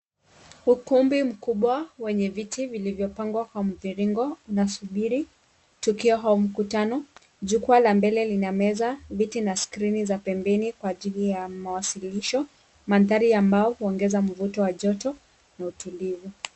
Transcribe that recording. Ukumbi mkubwa, wenye viti vilivyopangwa kwa mviringo, unasubiri tukio ho mkutano. Jukwaa la mbele linameza, viti na skrini za pembeni kwa ajili ya mawasilisho. Manthari ya mbao huongeza mvuto wa joto na utulivu.